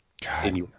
God